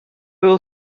will